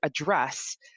address